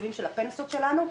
התקציבים של הפנסיות שלנו.